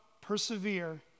persevere